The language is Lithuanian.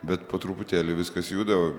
bet po truputėlį viskas juda